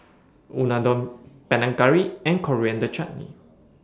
Unadon Panang Curry and Coriander Chutney